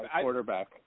quarterback